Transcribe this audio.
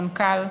המנכ"ל,